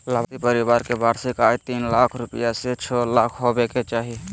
लाभार्थी के परिवार के वार्षिक आय तीन लाख रूपया से छो लाख होबय के चाही